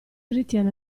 ritiene